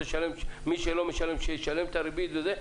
שמי שלא משלם שישלם את הריבית וזה,